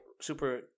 super